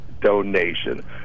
donation